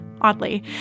oddly